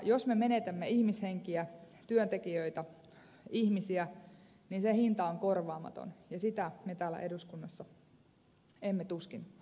jos me menetämme ihmishenkiä työntekijöitä ihmisiä se hinta on korvaamaton ja sitä me täällä eduskunnassa tuskin haluamme